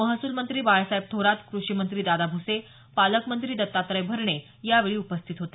महसूलमंत्री बाळासाहेब थोरात कृषीमंत्री दादा भुसे पालकमंत्री दत्तात्रय भरणे यावेळी उपस्थित होते